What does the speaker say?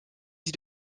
sie